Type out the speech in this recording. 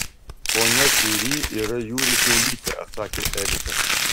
ponia kiuri yra jūrų kiaulytė atsakė erikas